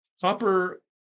copper